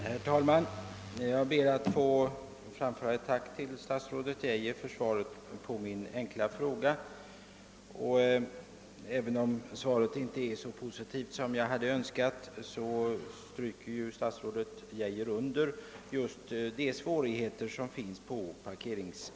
Herr talman! Jag ber att få tacka statsrådet Geijer för svaret på min fråga. Även om det inte är så positivt som jag hade önskat stryker statsrådet dock under de svårigheter som finns på detta område.